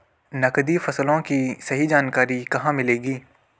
नकदी फसलों की सही जानकारी कहाँ मिलेगी?